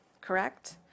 correct